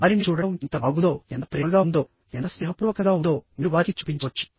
వారిని చూడటం ఎంత బాగుందో ఎంత ప్రేమగా ఉందో ఎంత స్నేహపూర్వకంగా ఉందో మీరు వారికి చూపించవచ్చు